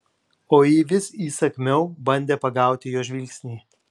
o ji vis įsakmiau bandė pagauti jo žvilgsnį